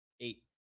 eight